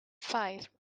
five